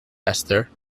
esther